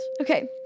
Okay